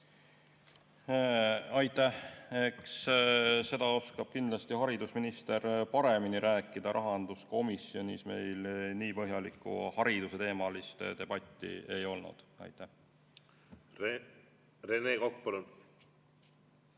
Aitäh! Eks seda oskab kindlasti haridusminister paremini rääkida. Rahanduskomisjonis meil nii põhjalikku haridusteemalist debatti ei olnud. Rene Kokk,